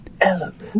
element